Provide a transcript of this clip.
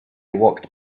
walked